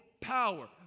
power